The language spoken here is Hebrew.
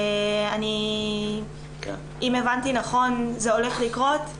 אם הבנתי נכון זה הולך לקרות,